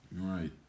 Right